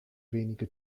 wenige